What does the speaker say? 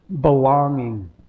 belonging